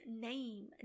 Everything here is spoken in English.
name